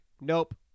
nope